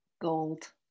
Gold